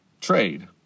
trade